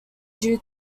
due